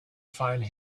find